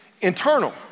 internal